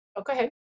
Okay